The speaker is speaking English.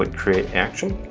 but create action.